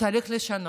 צריך לשנות,